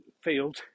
field